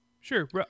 Sure